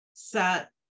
Set